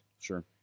Sure